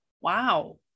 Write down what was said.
Wow